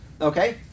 okay